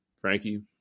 Frankie